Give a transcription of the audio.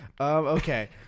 okay